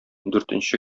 дүртенче